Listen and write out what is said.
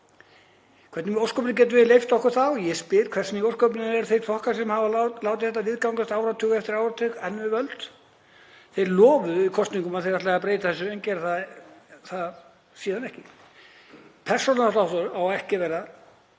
Hvernig í ósköpunum getum við leyft okkur það? Og ég spyr: Hvers vegna í ósköpunum eru þeir flokkar sem hafa látið þetta viðgangast áratug eftir áratug enn við völd? Þeir lofuðu í kosningum að þeir ætluðu að breyta þessu en gera það síðan ekki. Persónuafsláttur á ekki að vera